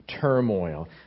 turmoil